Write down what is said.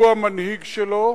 הוא המנהיג שלו,